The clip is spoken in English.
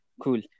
cool